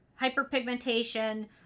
hyperpigmentation